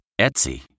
Etsy